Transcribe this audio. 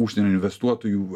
užsienio investuotojų